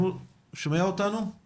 אני